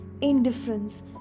indifference